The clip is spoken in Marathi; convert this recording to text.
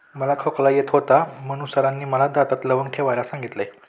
मला खोकला येत होता म्हणून सरांनी मला दातात लवंग ठेवायला सांगितले